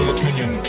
opinion